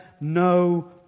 no